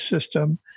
system